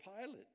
Pilate